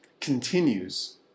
continues